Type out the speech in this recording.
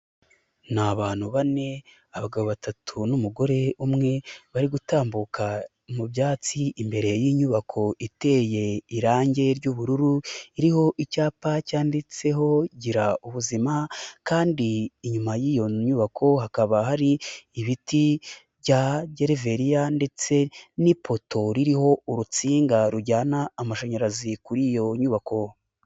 Ni abantu bane abagabo batatu n'umugore umwe bari gutambuka mu byatsi imbere y'inyubako iteye irange ry'ubururu iriho icyapa cyanditseho Gira ubuzima kandi inyuma y'iyo nyubako hakaba hari ibiti bya gereveriya ndetse n'ipoto ririho urutsinga rujyana amashanyarazi kuri iyo nyubako.